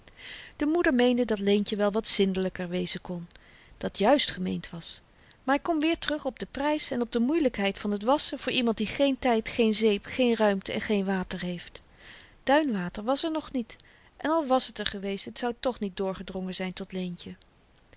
de moeder meende dat leentje wel wat zindelyker wezen kon dat juist gemeend was maar ik kom weer terug op den prys en op de moeielykheid van t wasschen voor iemand die geen tyd geen zeep geen ruimte en geen water heeft duinwater was er nog niet en al was t er geweest het zou toch niet doorgedrongen zyn tot leentje